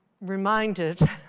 reminded